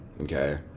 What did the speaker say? okay